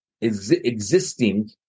Existing